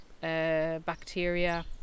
bacteria